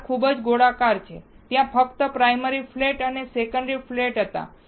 ધાર ખૂબ ગોળાકાર છે ત્યાં ફક્ત પ્રાયમરી ફ્લેટ અને સેકન્ડરી ફ્લેટ હતા